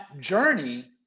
journey